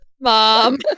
mom